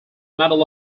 medal